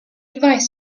advise